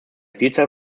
vielzahl